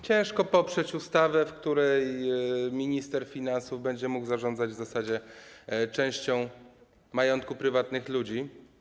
Ciężko poprzeć ustawę, w której minister finansów będzie mógł zarządzać w zasadzie częścią majątku prywatnych ludzi.